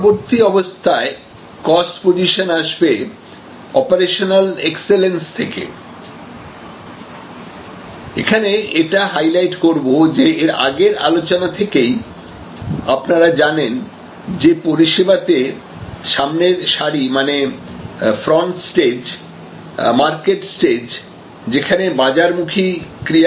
পরবর্তী অবস্থায় cost position আসবে অপারেশনাল এক্সেলেন্স থেকেএখানে এটা হাইলাইট করব যে এর আগের আলোচনা থেকেই আপনারা জানেন যে পরিষেবাতে সামনের সারি মানে ফ্রন্টস্টেজমার্কেট স্টেজ যেখানে বাজারমুখী ক্রিয়া কলাপ হয়